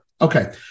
Okay